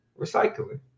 recycling